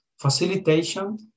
facilitation